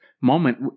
moment